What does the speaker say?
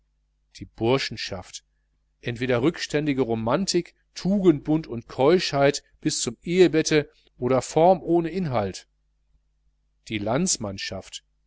die burschenschaft entweder rückständige romantik tugendbund und keuschheit bis zum ehebette oder form ohne inhalt die landsmannschaft